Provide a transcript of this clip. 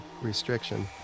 restriction